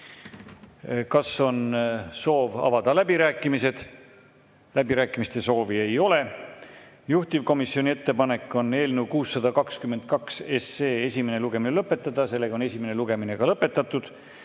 Kas on soovi avada läbirääkimisi? Läbirääkimiste soovi ei ole. Juhtivkomisjoni ettepanek on eelnõu 622 esimene lugemine lõpetada. Esimene lugemine on lõpetatud.